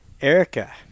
Erica